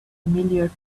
familiar